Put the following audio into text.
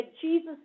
Jesus